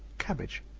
cabbage,